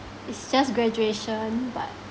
it's just graduation but